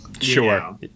sure